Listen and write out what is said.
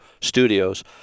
studios